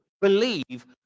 believe